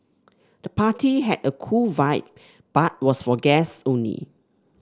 the party had a cool vibe but was for guests only